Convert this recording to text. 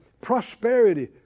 prosperity